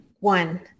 One